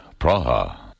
Praha